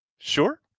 Sure